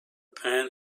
pan